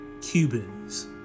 Cubans